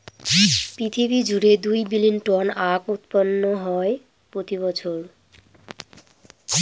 পৃথিবী জুড়ে দুই বিলীন টন আখ উৎপাদন হয় প্রতি বছর